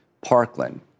Parkland